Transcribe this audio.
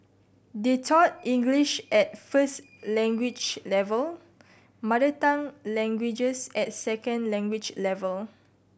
they taught English at first language level mother tongue languages at second language level